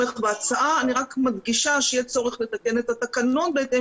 אני רק מדגישה שיהיה צורך לתקן את התקנון בהתאם